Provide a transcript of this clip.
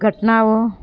ઘટનાઓ